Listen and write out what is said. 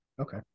Okay